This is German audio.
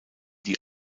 die